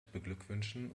beglückwünschen